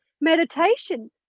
meditation